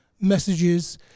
messages